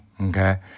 Okay